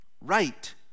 right